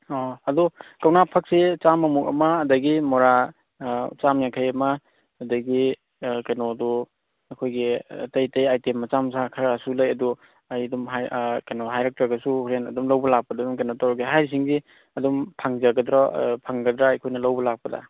ꯑꯣ ꯑꯗꯣ ꯀꯧꯅꯥ ꯐꯛꯁꯦ ꯆꯥꯝꯃꯃꯨꯛ ꯑꯃ ꯑꯗꯒꯤ ꯃꯣꯔꯥ ꯆꯥꯃ ꯌꯥꯡꯈꯩ ꯑꯃ ꯑꯗꯒꯤ ꯀꯩꯅꯣꯗꯣ ꯑꯩꯈꯣꯏꯒꯤ ꯑꯇꯩ ꯑꯇꯩ ꯑꯥꯏꯇꯦꯝ ꯃꯆꯥ ꯃꯆꯥ ꯈꯔꯁꯨ ꯂꯩ ꯑꯗꯣ ꯑꯩ ꯑꯗꯨꯝ ꯍꯥꯏꯔꯛ ꯀꯩꯅꯣ ꯍꯥꯏꯔꯛꯇ꯭ꯔꯒꯁꯨ ꯍꯣꯔꯦꯟ ꯑꯗꯨꯝ ꯂꯧꯕ ꯂꯥꯛꯄꯗ ꯑꯗꯨꯝ ꯀꯩꯅꯣ ꯇꯧꯔꯒꯦ ꯍꯥꯏꯔꯤꯁꯤꯡꯁꯦ ꯑꯗꯨꯝ ꯐꯪꯖꯒꯗ꯭ꯔꯣ ꯐꯪꯒꯗ꯭ꯔꯥ ꯑꯩꯈꯣꯏꯅ ꯂꯧꯕ ꯂꯥꯛꯄꯗ